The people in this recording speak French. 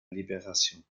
libération